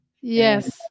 yes